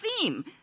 theme